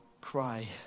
cry